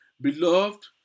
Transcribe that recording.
Beloved